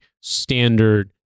standard